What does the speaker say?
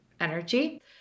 energy